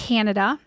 Canada